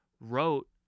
wrote